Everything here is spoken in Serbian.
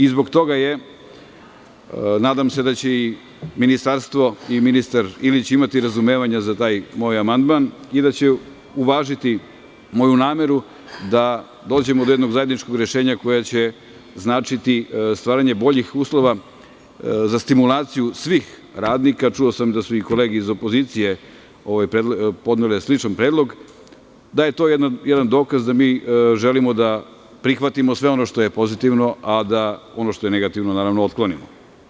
Zbog toga je, nadam se da će i ministarstvo i ministar Ilić imati razumevanja za taj moj amandman i da će uvažiti moju nameru da dođemo do jednog zajedničkog rešenja koje će značiti stvaranje boljih uslova za stimulaciju svih radnika, čuo sam da su i kolege iz opozicije podnele sličan predlog, da je to jedan dokaz da mi želimo da prihvatimo sve ono što je pozitivno, a da ono što je negativno, naravno otklonimo.